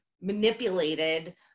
manipulated